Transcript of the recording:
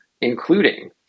including